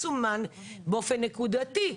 מסומן באופן נקודתי,